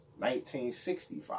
1965